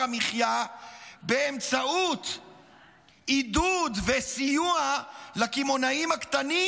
המחיה באמצעות עידוד וסיוע לקמעונאים הקטנים